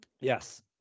yes